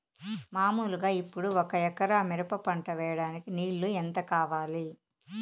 మామూలుగా ఇప్పుడు ఒక ఎకరా మిరప పంట వేయడానికి నీళ్లు ఎంత కావాలి?